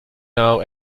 now